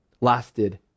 lasted